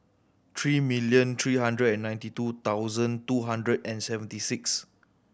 three million three hundred and ninety two thousand two hundred and seventy six